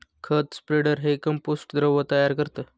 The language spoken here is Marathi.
खत स्प्रेडर हे कंपोस्ट द्रव तयार करतं